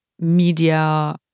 media